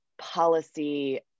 policy